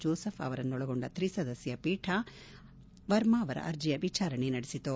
Joseph ಅವರನ್ನೊಳಗೊಂಡ ತ್ರಿಸದಸ್ತ ಪೀಠ ವರ್ಮ ಅವರ ಅರ್ಜೆಯ ವಿಚಾರಣೆ ನಡೆಸಿತು